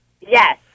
Yes